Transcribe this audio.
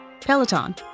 Peloton